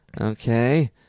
Okay